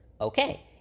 okay